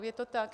Je to tak?